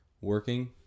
working